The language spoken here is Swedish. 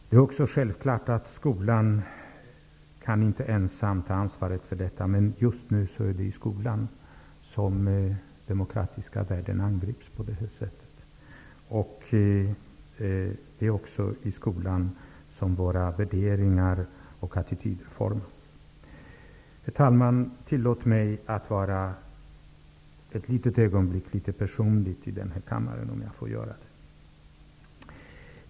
Det är självklart att skolan inte ensam kan ta ansvar för detta. Men just nu är det i skolan som demokratiska värden angrips på detta sätt. Det är också i skolan som våra värderingar och attityder formas. Herr talman! Tillåt mig att för ett litet ögonblick här i kammaren vara litet personlig.